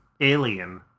alien